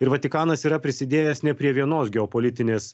ir vatikanas yra prisidėjęs ne prie vienos geopolitinės